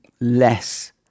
less